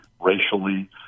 racially